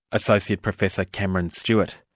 associate professor, cameron stewart.